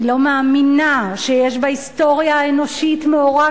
אני לא מאמינה שיש בהיסטוריה האנושית מאורע